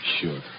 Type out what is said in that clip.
Sure